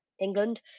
England